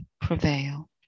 prevail